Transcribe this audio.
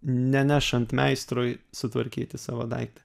nenešant meistrui sutvarkyti savo daiktą